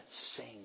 sing